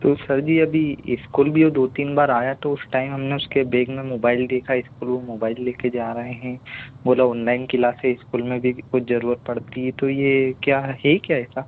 तो सर जी अभी इस्कूल भी दो तीन बार आया तो उस टाइम हम ने उसके बैग में मोबाइल देखा इसको मोबाइल ले कर जा रहे हैं बोला ऑनलाइन क्लासेज इस्कूल में भी कुछ ज़रूरत पड़ती है तो ये क्या है क्या ऐसा